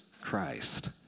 Christ